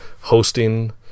hosting